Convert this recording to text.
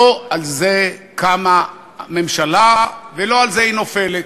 לא על זה קמה ממשלה, ולא על זה היא נופלת.